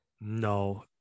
No